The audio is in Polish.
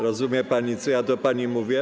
Rozumie pani, co ja do pani mówię?